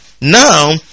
Now